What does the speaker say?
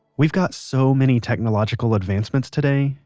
we've got so many technological advancements today,